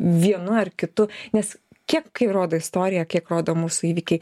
vienu ar kitu nes kiek kaip rodo istorija kiek rodo mūsų įvykiai